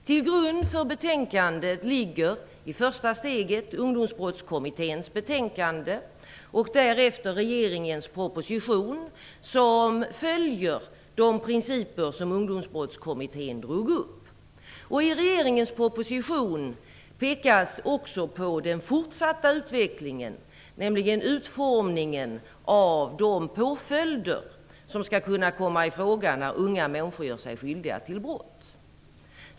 Till grund för betänkandet ligger i första steget Ungdomsbrottskommitténs betänkande och därefter regeringens proposition, som följer de principer som Ungdomsbrottskommittén drog upp. I regeringens proposition pekas också på den fortsatta utvecklingen när det gäller utformningen av de påföljder som skall kunna komma i fråga när unga människor gör sig skyldiga till brott.